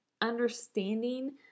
Understanding